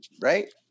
right